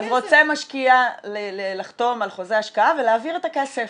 אז רוצה משקיע לחתום על חוזה השקעה ולהעביר את הכסף.